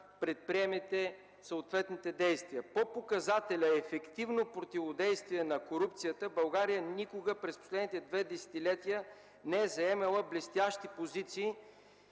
предприемете съответните действия. По показателя ефективно противодействие на корупцията България никога през последните две десетилетия не е заемала блестящи позиции,